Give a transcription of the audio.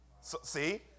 See